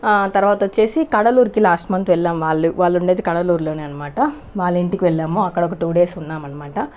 తర్వాత వచ్చేసి కడలూరుకి లాస్ట్ మంత్ వెళ్ళాము వాళ్లు ఉండేది కడలూరులోనే అనమాట వాళ్ళ ఇంటికి వెళ్ళాము అక్కడ ఒక టు డేస్ ఉన్నాం అనమాట